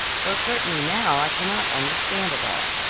though certainly now i cannot understand it all.